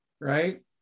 Right